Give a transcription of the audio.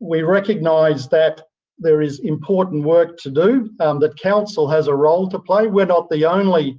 we recognise that there is important work to do, and that council has a role to play. we're not the only